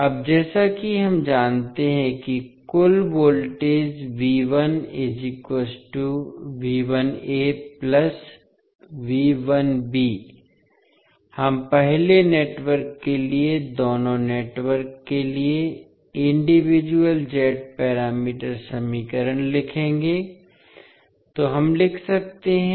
अब जैसा कि हम जानते हैं कि कुल वोल्टेज हम पहले नेटवर्क के लिए दोनों नेटवर्क के लिए इंडिविजुअल z पैरामीटर समीकरण लिखेंगे जो हम लिख सकते हैं